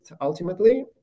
ultimately